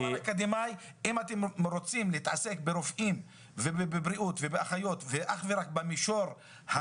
אם אתם רוצים להתעסק ברופאים ובבריאות ובאחיות אך ורק במישור הפרופר,